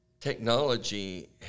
Technology